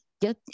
Get